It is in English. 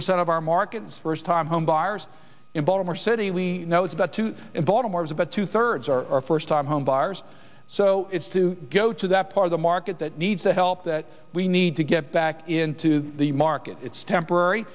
percent of our market is first time home buyers in baltimore city we know it's about two in baltimore is about two thirds are first time home buyers so it's to go to that part of the market that needs the help that we need to get back into the market it's temporary